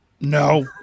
no